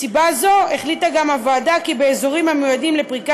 מסיבה זו גם החליטה הוועדה כי באזורים המיועדים לפריקה